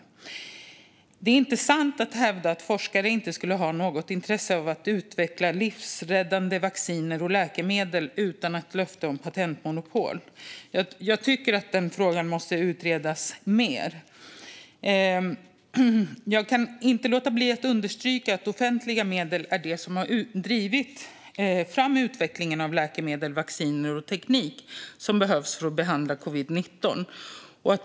Men det är inte sant att forskare inte skulle ha något intresse av att utveckla livräddande vacciner och läkemedel utan löfte om patentmonopol. Jag tycker att den frågan måste utredas mer. Jag kan inte låta bli att understryka att offentliga medel är det som har drivit fram utvecklingen av läkemedel, vacciner och teknik som behövs för att behandla covid-19.